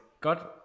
god